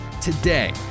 today